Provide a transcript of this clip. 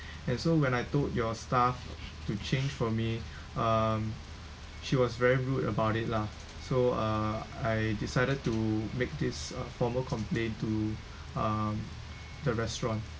and so when I told your staff to change for me um she was very rude about it lah so uh I decided to make this a formal complaint to um the restaurant